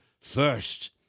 first